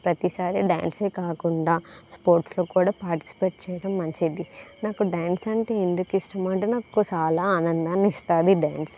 ప్రతిసారి డ్యాన్స్ ని కాకుండా స్పోర్ట్స్ లో కూడా పార్టిసిపేట్ చేయడం మంచిది నాకు డ్యాన్స్ అంటే ఎందుకు ఇష్టం అంటే నాకు చాలా ఆనందాన్ని ఇస్తుంది డ్యాన్స్